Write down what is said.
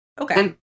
Okay